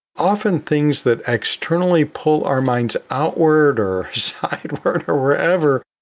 often things that externally pull our minds outward or sideward or wherever,